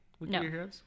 No